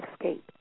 escape